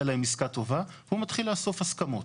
להם עסקה טובה והוא מתחיל לאסוף הסכמות.